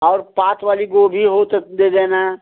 और साथ वाली गोभी हो तो दे देना